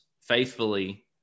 faithfully